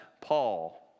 Paul